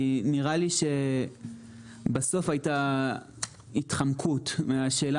כי נראה לי שבסוף הייתה התחמקות מהשאלה